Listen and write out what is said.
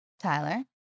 Tyler